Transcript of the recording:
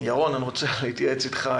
ירון זילברמן, אני רוצה להתייעץ איתך.